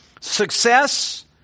success